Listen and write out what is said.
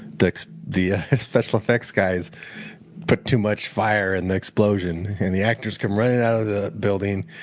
the the ah special effects guys put too much fire in the explosion. and the actors come running out of the building.